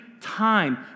time